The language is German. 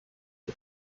die